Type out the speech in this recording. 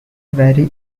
very